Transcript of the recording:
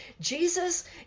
Jesus